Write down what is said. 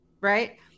right